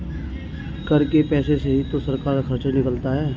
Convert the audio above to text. कर के पैसे से ही तो सरकार का खर्चा निकलता है